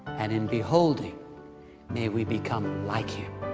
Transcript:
and in beholding may we become like him,